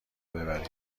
ببرید